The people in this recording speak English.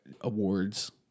awards